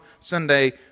Sunday